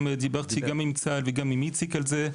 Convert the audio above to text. דיברתי גם עם צה"ל וגם עם איציק על זה.